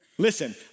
Listen